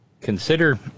consider